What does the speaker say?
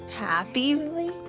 happy